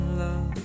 love